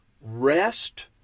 rest